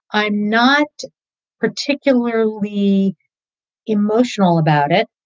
i'm not particularly emotional about it.